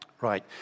Right